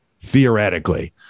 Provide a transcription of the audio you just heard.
theoretically